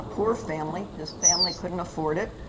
poor family. his family couldn't afford it.